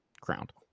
crowned